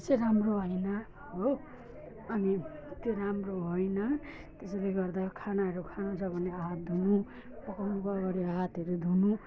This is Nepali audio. त्यो चाहिँ राम्रो होइन हो अनि त्यो राम्रो होइन त्यसरी गर्दा खानाहरू खानु छ भने हात धुनु पकाउनुको अगाडि हातहरू धुनु